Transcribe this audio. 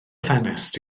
ffenest